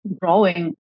growing